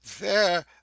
There